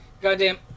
Goddamn